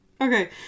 Okay